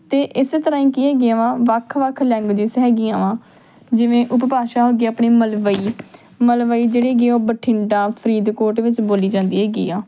ਅਤੇ ਇਸ ਤਰ੍ਹਾਂ ਹੀ ਕੀ ਹੈਗੀਆਂ ਵਾਂ ਵੱਖ ਵੱਖ ਲੈਂਗੁਏਜਜ ਹੈਗੀਆਂ ਵਾਂ ਜਿਵੇਂ ਉਪਭਾਸ਼ਾ ਹੋ ਗਈ ਆਪਣੀ ਮਲਵਈ ਮਲਵਈ ਜਿਹੜੀ ਹੈਗੀ ਆ ਉਹ ਬਠਿੰਡਾ ਫਰੀਦਕੋਟ ਵਿੱਚ ਬੋਲੀ ਜਾਂਦੀ ਹੈਗੀ ਆ